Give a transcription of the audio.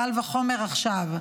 קל וחומר עכשיו.